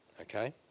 Okay